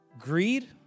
greed